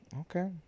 okay